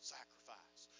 sacrifice